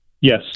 Yes